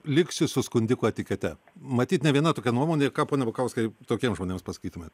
liksi su skundiko etikete matyt ne viena tokia nuomonė ką pone bukauskai tokiems žmonėms pasakytumėt